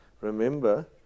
Remember